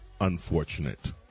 Unfortunate